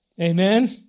Amen